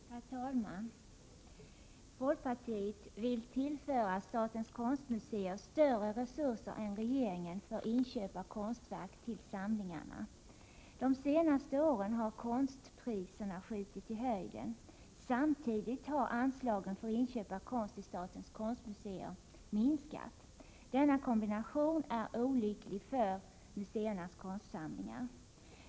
Herr talman! Folkpartiet vill tillföra statens konstmuseer större resurser än regeringen för inköp av konstverk till samlingarna. De senaste åren har konstpriserna skjutit i höjden. Samtidigt har anslagen för inköp av konst till statens konstmuseer minskat. Denna kombination är olycklig för museernas konstsamlingar.